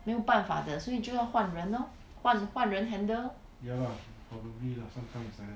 没有办法的所以就要换人 lor 换换人 handle lor